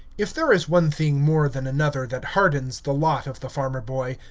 if there is one thing more than another that hardens the lot of the farmer-boy,